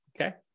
Okay